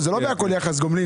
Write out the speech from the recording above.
זה לא בהכול יחס גומלין,